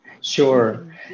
sure